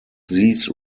these